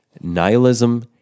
nihilism